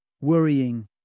Worrying